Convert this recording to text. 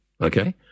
okay